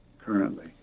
currently